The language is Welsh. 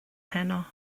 heno